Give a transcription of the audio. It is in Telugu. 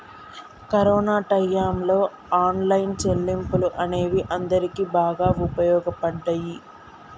కరోనా టైయ్యంలో ఆన్లైన్ చెల్లింపులు అనేవి అందరికీ బాగా వుపయోగపడ్డయ్యి